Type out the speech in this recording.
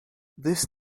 this